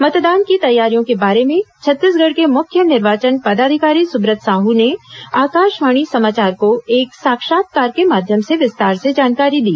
मतदान की तैयारियों के बारे में छत्तीसगढ़ के मुख्य निर्वाचन पदाधिकारी सुब्रत साहू ने आकाशवाणी समाचार को एक साक्षात्कार के माध्यम से विस्तार से जानकारी दी